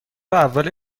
اول